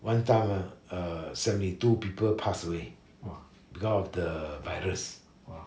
one time ah err seventy two people passed away because of the virus